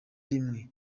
rimwe